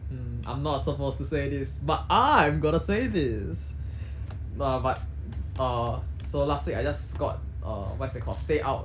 hmm I'm not supposed to say this but I'm gonna say this no but err so last week I got err what's that call stay out